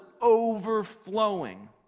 overflowing